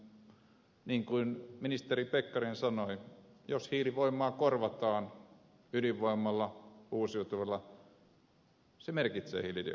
niin kuin ministeri pekkarinen sanoi jos hiilivoimaa korvataan ydinvoimalla ja uusiutuvilla se merkitsee hiilidioksidipäästöjen vähenemistä